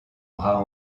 bras